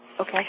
Okay